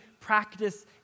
practice